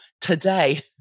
today